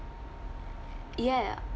ya